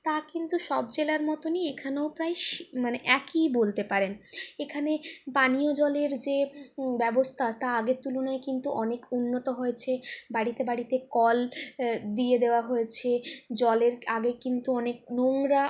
তা কিন্তু সব জেলার মতনই এখানেও প্রায় একই বলতে পারেন এখানে পানীয় জলের যে ব্যবস্থা তা আগের তুলনায় কিন্তু অনেক উন্নত হয়েছে বাড়িতে বাড়িতে কল দিয়ে দেওয়া হয়েছে জলের আগে কিন্তু অনেক নোংরা